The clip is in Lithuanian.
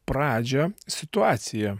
pradžią situaciją